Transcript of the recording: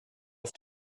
auf